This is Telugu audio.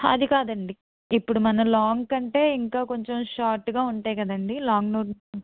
అది కాదండి ఇప్పుడు మన లాంగ్ కంటే ఇంకా కొంచెం షార్ట్గా ఉంటాయి కదండి లాంగ్ నోట్ బుక్